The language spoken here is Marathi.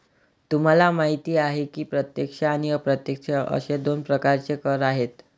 तुम्हाला माहिती आहे की प्रत्यक्ष आणि अप्रत्यक्ष असे दोन प्रकारचे कर आहेत